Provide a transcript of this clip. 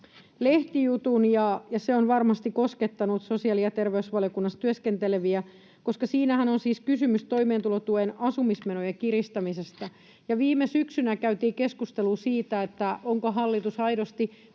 lehtijutun. Se on varmasti koskettanut sosiaali- ja terveysvaliokunnassa työskenteleviä, koska siinähän on siis kysymys toimeentulotuen asumismenojen kiristämisestä. Viime syksynä käytiin keskustelua siitä, onko hallitus aidosti